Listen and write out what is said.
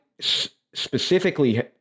specifically